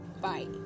Bye